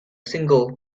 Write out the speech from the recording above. single